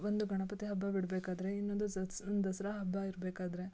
ಒಂದು ಗಣಪತಿ ಹಬ್ಬ ಬಿಡಬೇಕಾದ್ರೆ ಇನ್ನೊಂದು ದಸರಾ ಹಬ್ಬ ಇರಬೇಕಾದ್ರೆ